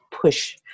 push